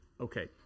Okay